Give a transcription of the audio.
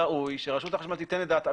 ראוי שרשות החשמל תיתן את דעתה,